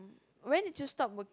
when did you stop work